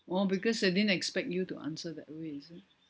oh because they didn't expect you to answer that way is it